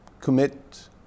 commit